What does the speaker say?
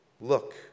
look